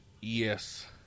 Yes